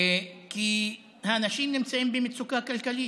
כי האנשים נמצאים במצוקה כלכלית,